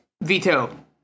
Veto